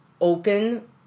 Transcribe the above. open